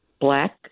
black